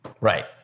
Right